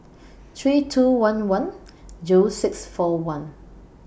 three two one one Zero six four one